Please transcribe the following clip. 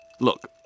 Look